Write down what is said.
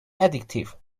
addictive